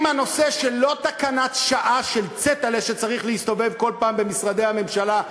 עם הנושא של לא תקנת שעה של צעטל'ה שצריך להסתובב כל פעם במשרדי הממשלה,